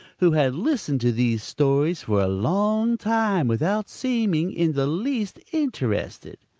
who had listened to these stories for a long time without seeming in the least interested.